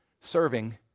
serving